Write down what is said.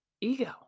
ego